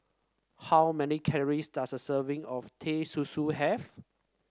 how many calories does a serving of Teh Susu have